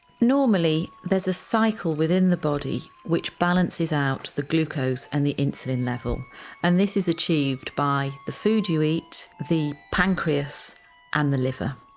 normally there's a cycle within the body which balances out the glucose and the insulin level and this is achieved the food you eat, the pancreas and the liver.